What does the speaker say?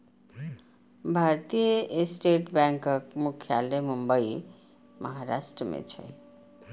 भारतीय स्टेट बैंकक मुख्यालय मुंबई, महाराष्ट्र मे छै